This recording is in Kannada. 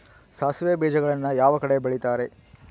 ಸಾಸಿವೆ ಬೇಜಗಳನ್ನ ಯಾವ ಕಡೆ ಬೆಳಿತಾರೆ?